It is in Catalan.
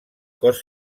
cos